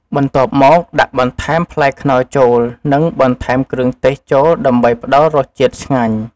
បន្ទាប់មកដាក់បន្ថែមផ្លែខ្នុរចូល និង បន្ថែមគ្រឿងទេសចូលដើម្បីផ្តល់រសជាតិឆ្ងាញ់។